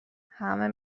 همه